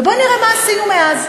ובואי נראה מה עשינו מאז.